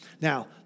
Now